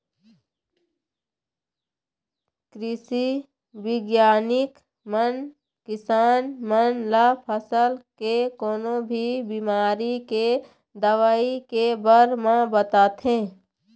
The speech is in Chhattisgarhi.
कृषि बिग्यानिक मन किसान मन ल फसल के कोनो भी बिमारी के दवई के बारे म बताथे